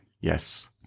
Yes